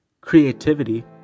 creativity